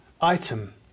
Item